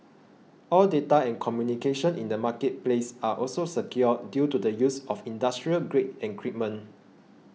all data and communication in the marketplace are also secure due to the use of industrial grade